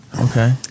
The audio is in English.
Okay